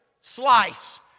slice